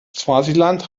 swasiland